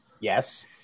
Yes